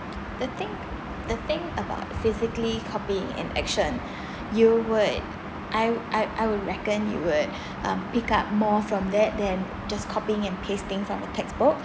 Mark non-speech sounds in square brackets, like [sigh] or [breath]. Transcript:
[noise] the thing the thing about physically copying in action [breath] you would I I I would reckon you would um pickup more from that than just copying and pasting from the textbook